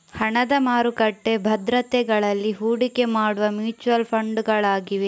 ಹಣದ ಮಾರುಕಟ್ಟೆ ಭದ್ರತೆಗಳಲ್ಲಿ ಹೂಡಿಕೆ ಮಾಡುವ ಮ್ಯೂಚುಯಲ್ ಫಂಡುಗಳಾಗಿವೆ